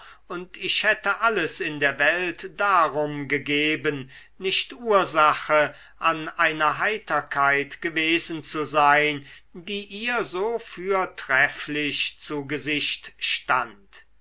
und ich hätte alles in der welt darum gegeben nicht ursache an einer heiterkeit gewesen zu sein die ihr so fürtrefflich zu gesicht stand